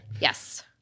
Yes